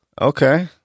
Okay